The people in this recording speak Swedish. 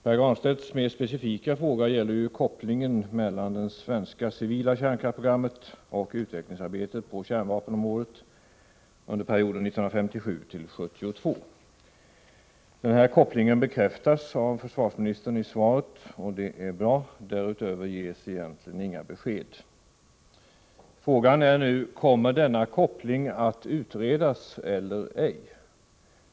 Pär Granstedts mer specifika fråga gäller ju kopplingen mellan det svenska civila kärnkraftsprogrammet och utvecklingsarbetet på kärnvapenområdet under perioden 1957-1972. Denna koppling bekräftas av försvarsministern i svaret, och det är bra. Därutöver ges egentligen inga besked. Frågan är nu: Kommer denna koppling att utredas eller ej?